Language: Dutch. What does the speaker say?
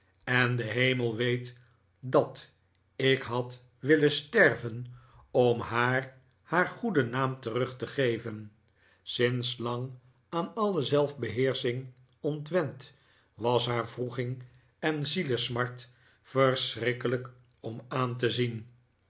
en dejlemel weet dat ik had willen sterven o'm haar haar goeden naam terug te geven sinds lang aan alle zelfbeheersching ontwend was haar wroeging en zielesmart verschrikkelijk om aan te zien